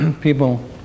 People